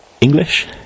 English